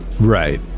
right